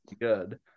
good